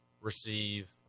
receive